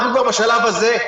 אנחנו כבר בשלב הזה,